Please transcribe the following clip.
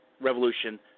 revolution